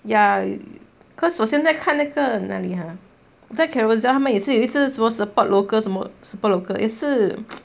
ya because 我现在看那里 !huh! 在 Carousell 他们也一直什么 support local 什么 support local 也是